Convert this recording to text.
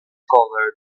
colored